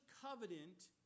covenant